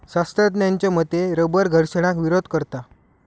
शास्त्रज्ञांच्या मते रबर घर्षणाक विरोध करता